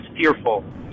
fearful